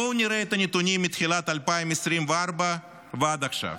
בואו נראה את הנתונים משנת 2024 ועד עכשיו: